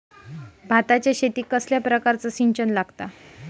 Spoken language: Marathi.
भाताच्या शेतीक कसल्या प्रकारचा सिंचन लागता?